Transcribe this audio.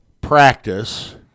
practice